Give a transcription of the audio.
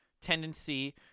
tendency